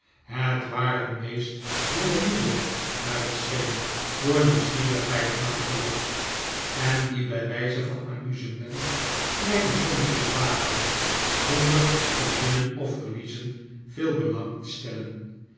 het waren meest jongelieden naar het scheen door nieuwsgierigheid aangelokt en die bij wijze van amusement kleine sommetjes waagden zonder in winnen of verliezen veel belang te stellen